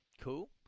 Cool